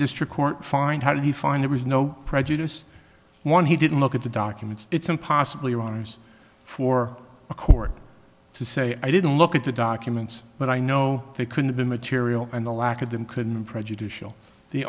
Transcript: district court find how did he find there was no prejudice one he didn't look at the documents it's impossible iranians for a court to say i didn't look at the documents but i know they could have been material and the lack of them couldn't be prejudicial the